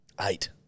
Eight